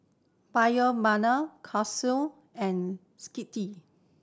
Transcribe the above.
Kose and Skittle